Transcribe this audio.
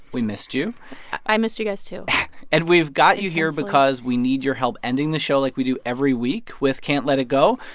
we missed you i missed you guys too, intensely and we've got you here because we need your help ending the show like we do every week with can't let it go,